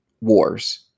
wars